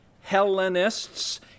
Hellenists